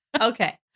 Okay